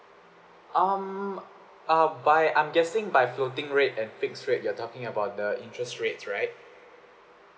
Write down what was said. um uh by I'm guessing by floating rate and fixed rate you're talking about the interest rates right